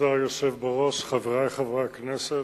כבוד היושב בראש, חברי חברי הכנסת,